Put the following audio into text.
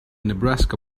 nebraska